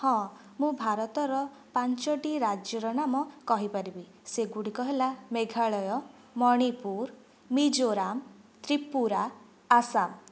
ହଁ ମୁଁ ଭାରତର ପାଞ୍ଚୋଟି ରାଜ୍ୟର ନାମ କହିପାରିବି ସେଗୁଡ଼ିକ ହେଲା ମେଘାଳୟ ମଣିପୁର ମିଜୋରାମ ତ୍ରିପୁରା ଆସାମ